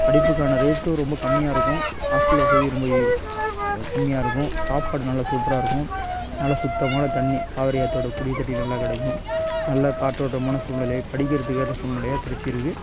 படிப்புக்கான ரேட்டும் ரொம்ப கம்மியாக இருக்கும் ஹாஸ்ட்டல் வசதி ரொம்ப இ கம்மியாக இருக்கும் சாப்பாடு நல்லா சூப்பராக இருக்கும் நல்ல சுத்தமான தண்ணி காவேரி ஆற்றோட குடி தண்ணீர் நல்லா கிடைக்கும் நல்ல காற்றோட்டமான சூழ்நிலை படிக்கறதுக்கான சூழ்நிலையாக திருச்சி இருக்கு